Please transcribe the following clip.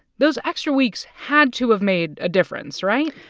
those extra weeks had to have made a difference, right?